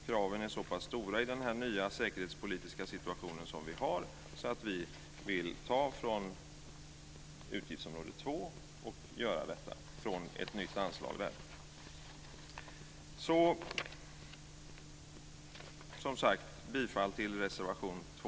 Kraven är så pass stora i den nya säkerhetspolitiska situation som vi nu har att vi vill ta från utgiftsområde 2 och göra detta från ett nytt anslag där. Jag yrkar, som sagt var, bifall till reservation 2.